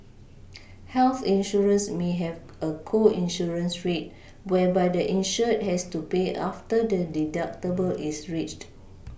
health insurance may have a co insurance rate whereby the insured has to pay after the deductible is reached